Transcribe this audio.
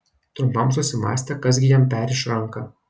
trumpam susimąstė kas gi jam perriš ranką